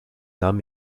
nam